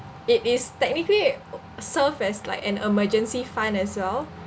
it is technically served as like an emergency fund as well